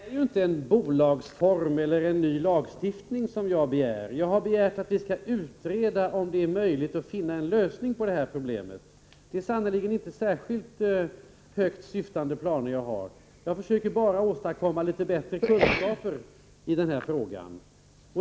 Fru talman! Men, Stig Gustafsson, det är ju inte en bolagsform eller en ny lagstiftning som jag begär. Jag har begärt att vi skall utreda om det är möjligt att finna en lösning på problemet. Det är sannerligen inte särskilt högt syftande planer jag har. Jag försöker bara åstadkomma litet bättre kunskaper i frågan.